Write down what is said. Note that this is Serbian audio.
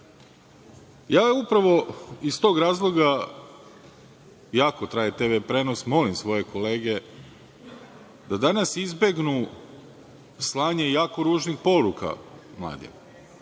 nudi. Upravo iz tog razloga, iako traje tv prenos, molim svoje kolege da danas izbegnu slanje jako ružnih poruka mladima.